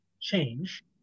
change